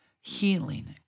healing